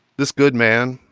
this good man,